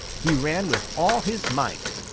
he ran with all his might.